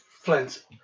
Flint